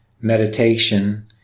meditation